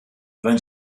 sein